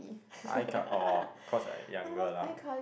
I got all cause I younger lah